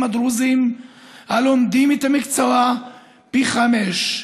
הדרוזים הלומדים את המקצוע פי חמישה.